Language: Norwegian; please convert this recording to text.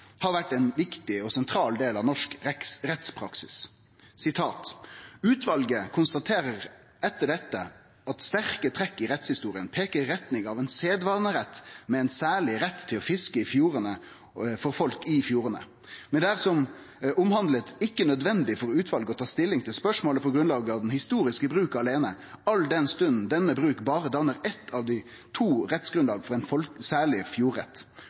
har vore ein viktig og sentral del av norsk rettspraksis: «Utvalget konstaterer etter dette at sterke trekk i rettshistorien peker i retning av en sedvanerett med en særlig rett til fiske i fjordene for folk i fjordene. Men det er som omhandlet ikke nødvendig for utvalget å ta stilling til spørsmålet på grunnlag av den historiske bruk alene, all den stund denne bruk bare danner ett av de to rettsgrunnlag for en særlig fjordrett.